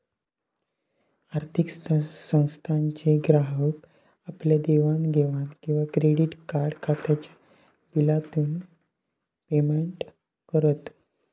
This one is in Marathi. आर्थिक संस्थानांचे ग्राहक आपल्या घेवाण देवाण किंवा क्रेडीट कार्ड खात्याच्या बिलातून पेमेंट करत